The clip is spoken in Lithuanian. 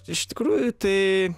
iš tikrųjų tai